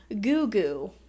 Goo-goo